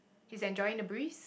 he's enjoying the breeze